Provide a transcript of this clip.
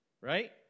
right